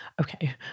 Okay